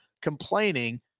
complaining